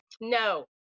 No